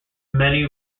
many